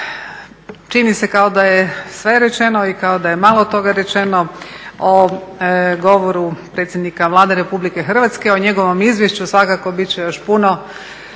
Čini se kao da je sve rečeno i kao da je malo toga rečeno o govoru predsjednika Vlade RH. O njegovom izvješću svakako bit će još puno